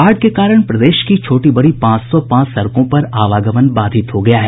बाढ़ के कारण प्रदेश की छोटी बड़ी पांच सौ पांच सड़कों पर आवागमन बाधित हो गया है